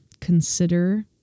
consider